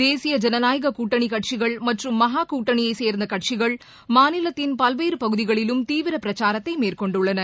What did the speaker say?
தேசிய ஜனநாயக கூட்டணிக் கட்சிகள் மற்றும் மகா கூட்டணியைச் சேர்ந்த கட்சிகள் மாநிலத்தின் பல்வேறு பகுதிகளிலும் தீவிர பிரச்சாரத்தை மேற்கொண்டுள்ளன